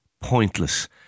pointless